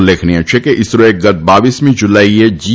ઉલ્લેખનીય છે કે ઇસરોએ ગત બાવીસમી જુલાઇએ જી